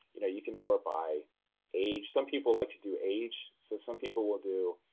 you know you can sort by age, some people like to do age. so some people will do